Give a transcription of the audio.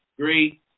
great